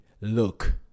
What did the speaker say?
look